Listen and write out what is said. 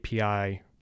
API